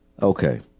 Okay